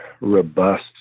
robust